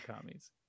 commies